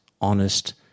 honest